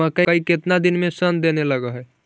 मकइ केतना दिन में शन देने लग है?